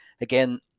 again